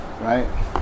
right